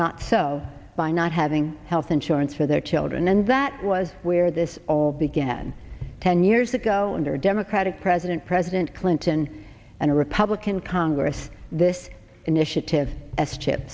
not so by not having health insurance for their children and that was where this all began ten years ago under democratic president president clinton and a republican congress this initiative s chip